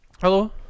Hello